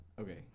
Okay